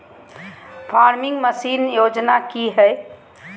Farming machine योजना कि हैय?